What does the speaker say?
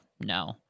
No